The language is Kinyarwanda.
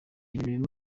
ibintu